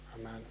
Amen